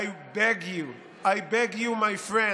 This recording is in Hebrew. I beg you, I beg you, my friends